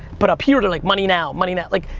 but up here, they're like, money now, money now. like,